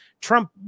Trump